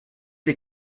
les